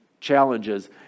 challenges